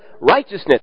righteousness